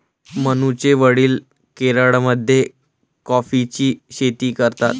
मनूचे वडील केरळमध्ये कॉफीची शेती करतात